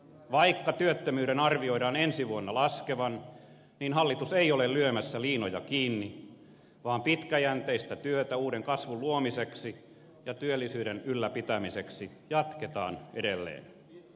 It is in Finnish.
vaikka työttömyyden arvioidaan ensi vuonna laskevan niin hallitus ei ole lyömässä liinoja kiinni vaan pitkäjänteistä työtä uuden kasvun luomiseksi ja työllisyyden ylläpitämiseksi jatketaan edelleen